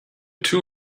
two